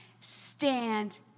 stand